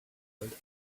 hard